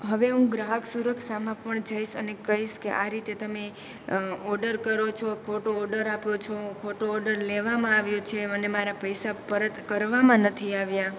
હવે હું ગ્રાહક સુરક્ષામાં પણ જઈશ અને કહીશ કે આ રીતે ઓડર કરો છો ખોટો ઓડર આપો છો ખોટો ઓડર લેવામાં આવ્યો છે અને મારા પૈસા પરત કરવામાં નથી આવ્યા